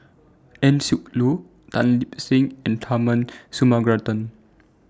Eng Siak Loy Tan Lip Seng and Tharman Shanmugaratnam